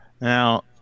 Now